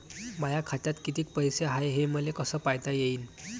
माया खात्यात कितीक पैसे हाय, हे मले कस पायता येईन?